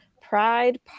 Pride